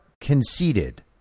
conceded